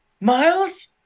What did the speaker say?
Miles